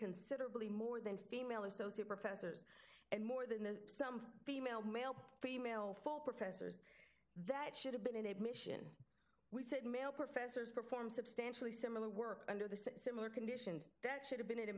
considerably more than female associate professor and more than the sum female male female full professors that should have been an admission we said male professors perform substantially similar work under the similar conditions that should have been